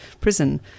Prison